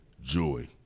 joy